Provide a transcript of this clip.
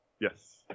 Yes